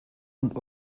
und